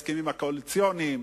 היא רוצה לטפל בהסכמים הקואליציוניים,